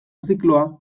zikloa